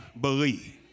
believe